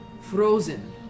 frozen